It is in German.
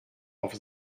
auf